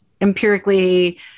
empirically